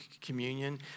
communion